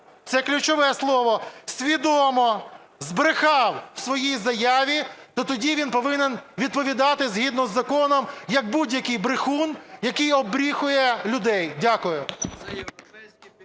(це ключове слово), свідомо збрехав в своїй заяві, то тоді він повинен відповідати згідно з законом як будь-який брехун, який оббріхує людей. Дякую.